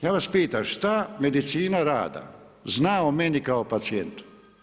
Ja vas pitam šta Medicina rada zna o meni kao pacijentu?